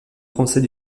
français